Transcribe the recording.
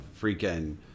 freaking